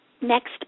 next